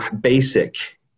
basic